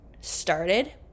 started